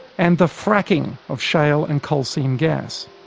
and the fracking of shale and coal-seam gas.